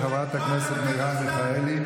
של חברת הכנסת מרב מיכאלי.